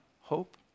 hope